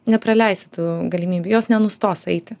nepraleisi tų galimybių jos nenustos eiti